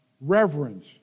reverence